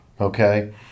okay